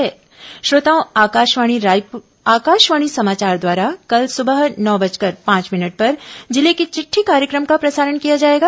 जिले की चिट्ठी श्रोताओं आकाशवाणी समाचार द्वारा कल सुबह नौ बजकर पांच मिनट पर जिले की चिट्ठी कार्य क्र म का प्रसारण किया जाएगा